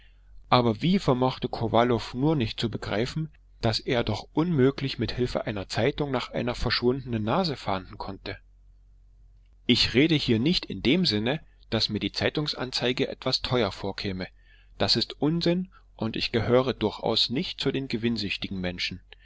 aber wie vermochte kowalow nur nicht zu begreifen daß er doch unmöglich mit hilfe einer zeitung nach einer verschwundenen nase fahnden konnte ich rede hier nicht in dem sinne daß mir die zeitungsanzeige etwas teuer vorkäme das ist unsinn und ich gehöre durchaus nicht zu den gewinnsüchtigen menschen